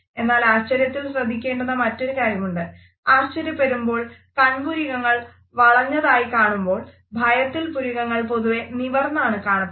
എന്നാൽ ആശ്ചര്യത്തിൽ ശ്രദ്ധിക്കേണ്ടുന്ന മറ്റൊരു കാര്യമുണ്ട് ആശ്ചര്യപ്പെടുമ്പോൾ കൺപുരികങ്ങൾ വളഞ്ഞതായിക്കാണുമ്പോൾ ഭയത്തിൽ പുരികങ്ങൾ പൊതുവെ നിവർന്നാണ് കാണപ്പെടുന്നത്